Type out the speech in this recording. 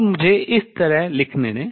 अब मुझे इसे लिखने दें